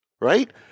Right